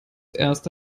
erst